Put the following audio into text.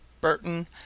Burton